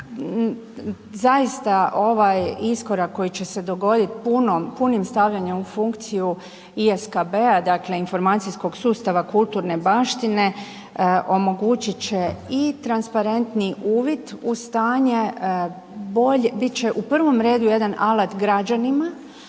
Zaista ovaj iskorak koji će se dogoditi punim stavljanjem u funkciju i ISKB-a dakle Informacijskog sustava kulturne baštine omogućit će i transparentni uvid u stanje, bit će u prvom redu jedan alat građanima,